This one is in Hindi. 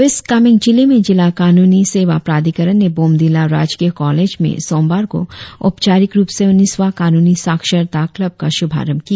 वेस्ट कामेंग जिले में जिला कानूनी सेवा प्राधिकरण ने बोमडिला राजकीय कॉलेज में सोमवार को औपचारिक रुप से उन्नीसवा कानूनी साक्षरता कल्ब का शुभारंभ किया